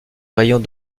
rayons